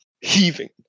heaving